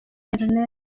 ernest